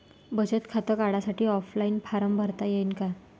बचत खातं काढासाठी ऑफलाईन फारम भरता येईन का?